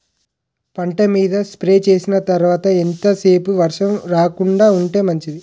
పంట మీద స్ప్రే చేసిన తర్వాత ఎంత సేపు వర్షం రాకుండ ఉంటే మంచిది?